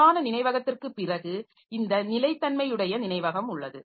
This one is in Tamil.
பிரதான நினைவகத்திற்குப் பிறகு இந்த நிலைத்தன்மையுடைய நினைவகம் உள்ளது